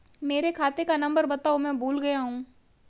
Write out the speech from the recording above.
मेरे खाते का नंबर बताओ मैं भूल गया हूं